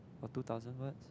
or two thousand words